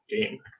game